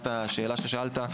לשאלתך,